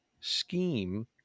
scheme